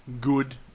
Good